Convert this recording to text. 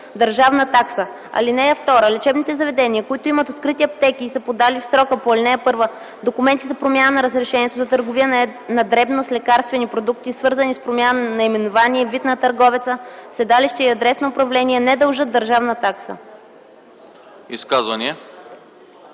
държавна такса. (2) Лечебните заведения, които имат открити аптеки и са подали в срока по ал. 1 документи за промяна на разрешението за търговия на дребно с лекарствени продукти, свързани с промяна на наименование, вид на търговеца, седалище и адрес на управление, не дължат държавна такса.”